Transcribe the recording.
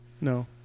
No